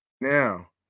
now